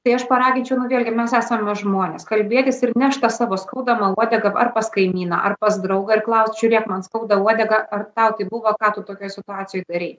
tai aš paraginčiau nu vėlgi mes esame žmonės kalbėkis ir nešk tą savo skaudamą uodegą ar pas kaimyną ar pas draugą ir klausk žiūrėk man skauda uodegą ar tau taip buvo ką tu tokioj situacijoj darei